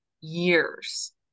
years